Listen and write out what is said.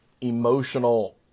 emotional